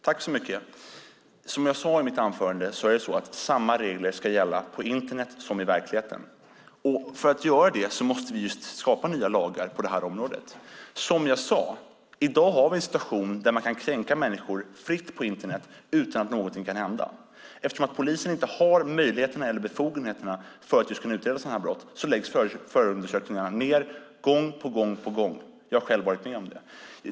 Herr talman! Som jag sade i mitt anförande ska samma regler gälla på Internet som i verkligheten. För att det ska vara möjligt måste vi stifta nya lagar på det här området. I dag har vi en situation där man fritt kan kränka människor på Internet, utan att någonting händer. Eftersom polisen inte har möjligheter eller befogenheter att utreda sådana brott läggs förundersökningarna ned gång på gång. Jag har själv varit med om det.